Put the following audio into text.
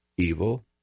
evil